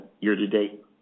year-to-date